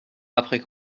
après